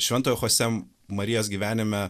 šventojo chosė marijos gyvenime